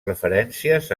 referències